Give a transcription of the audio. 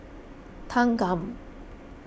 Thanggam